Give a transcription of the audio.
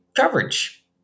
coverage